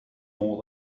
all